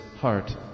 heart